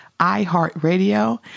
iHeartRadio